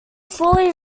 fully